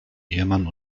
ehemann